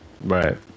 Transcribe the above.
Right